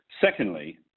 secondly